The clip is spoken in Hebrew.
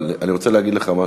אבל אני רוצה להגיד לך משהו.